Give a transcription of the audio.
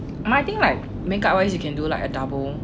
err i think like make up always can do like a double